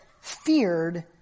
feared